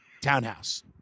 townhouse